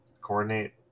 coordinate